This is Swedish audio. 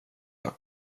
jag